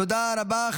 תודה רבה.